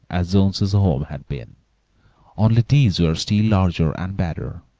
as jonesy's home had been only these were still larger and better.